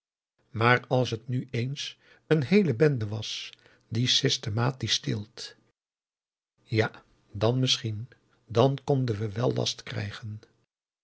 maar als het nu eens een heele bende was die systematisch steelt ja dan misschien dan konden we wel last krijgen